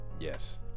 Yes